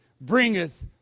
Bringeth